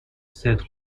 صدق